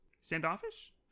Standoffish